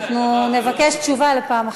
אנחנו נבקש תשובה לפעם אחרת.